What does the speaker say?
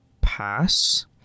pass